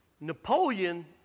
Napoleon